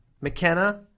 McKenna